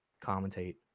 commentate